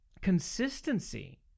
consistency